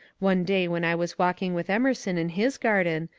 one day when i was walking with emerson in his garden,